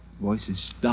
voices